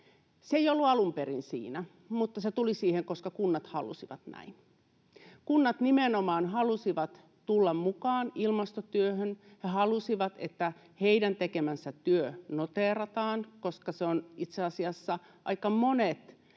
Se ei ollut alun perin siinä, mutta se tuli siihen, koska kunnat halusivat näin. Kunnat nimenomaan halusivat tulla mukaan ilmastotyöhön. He halusivat, että heidän tekemänsä työ noteerataan, koska itse asiassa aika monet